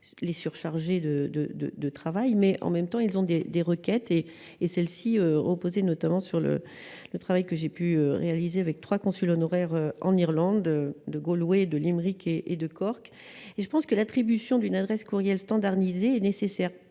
de, de, de, de travail, mais en même temps ils ont des des roquettes et et celle-ci opposé notamment sur le le travail que j'ai pu réaliser avec 3 consul honoraire en Irlande, de Gaulle de Limerick et et de Cork et je pense que l'attribution d'une adresse courriel standardisé nécessaire